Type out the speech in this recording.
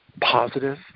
positive